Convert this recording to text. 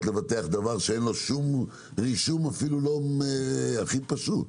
לבטח דבר שאין לו רישום אפילו הכי פשוט.